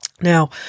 Now